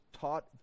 taught